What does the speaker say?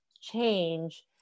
change